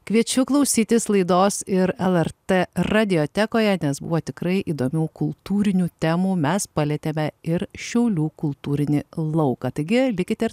kviečiu klausytis laidos ir lrt radiotekoje nes buvo tikrai įdomių kultūrinių temų mes palietėme ir šiaulių kultūrinį lauką taigi likite ir